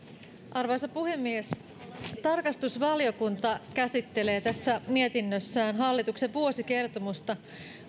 arvoisa puhemies tarkastusvaliokunta käsittelee tässä mietinnössään hallituksen vuosikertomusta